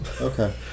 Okay